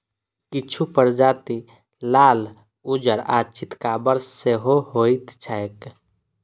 किछु प्रजाति लाल, उज्जर आ चितकाबर सेहो होइत छैक